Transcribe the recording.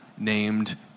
named